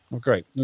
great